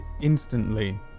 instantly